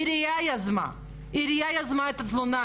העירייה יזמה את התלונה,